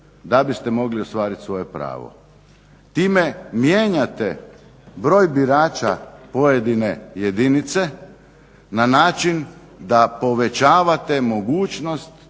da biste mogli ostvariti svoje pravo. Time mijenjate broj birača pojedine jedinice na način da povećavate mogućnost